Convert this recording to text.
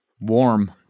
Warm